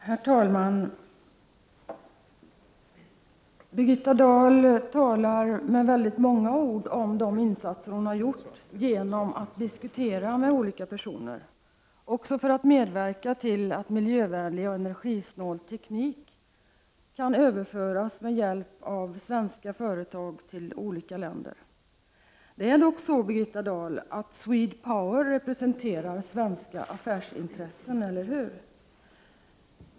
Herr talman! Birgitta Dahl talade mångordigt om de insatser som hon har gjort genom att diskutera med olika personer för att medverka till att miljövänlig och energisnål teknik kan överföras med hjälp av svenska företag till olika länder. Det är väl ändå så, att SwedPower representerar svenska affärsintressen, Birgitta Dahl?